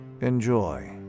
Enjoy